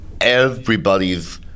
everybody's